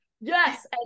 yes